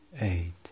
eight